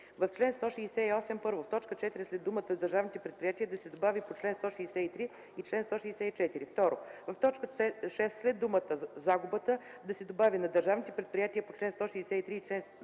В т. 4 след думите „държавните предприятия” да се добави „по чл. 163 и чл. 164.” 2. В т. 6 след думата „загубата” да се добави „на държавните предприятия по чл. 163 и чл. 164